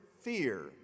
fear